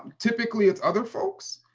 typically, it's other folks.